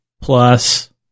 plus